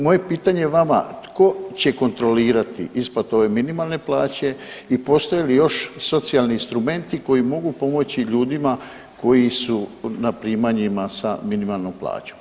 Moje pitanje vama, tko će kontrolirati isplatu ove minimalne plaće i postoje li još socijalni instrumenti koji mogu pomoći ljudima koji su na primanjima sa minimalnom plaćom?